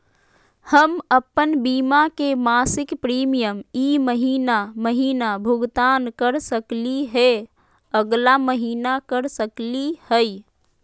हम अप्पन बीमा के मासिक प्रीमियम ई महीना महिना भुगतान कर सकली हे, अगला महीना कर सकली हई?